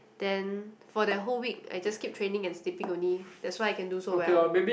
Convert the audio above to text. then for that whole week I just keep training and sleeping only that's why I can do so well